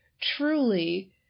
truly